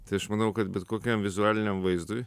tai aš manau kad bet kokiam vizualiniam vaizdui